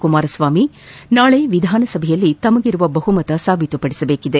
ಕುಮಾರಸ್ವಾಮಿ ನಾಳೆ ವಿಧಾನಸಭೆಯಲ್ಲಿ ತಮಗಿರುವ ಬಹುಮತ ಸಾಬೀತುಪಡಿಸಬೇಕಿದೆ